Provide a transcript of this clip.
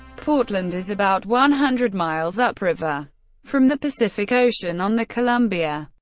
portland is about one hundred miles upriver from the pacific ocean on the columbia.